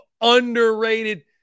underrated